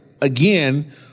again